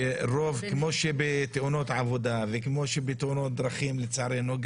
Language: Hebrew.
שכמו שבתאונות עבודה וכמו בתאונות דרכים לצערנו,